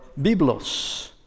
Biblos